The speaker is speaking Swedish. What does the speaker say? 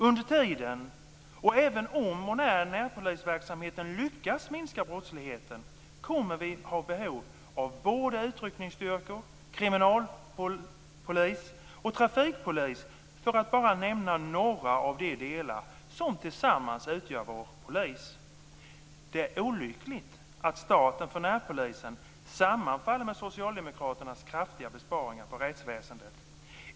Under tiden som, och även om och när, närpolisverksamheten lyckas minska brottsligheten kommer vi att ha behov av både utryckningsstyrkor, kriminalpolis och trafikpolis, för att bara nämna några av de delar som tillsammans utgör vår polis. Det är olyckligt att starten för närpolisen sammanfaller med socialdemokraternas kraftiga besparingar på rättsväsendet.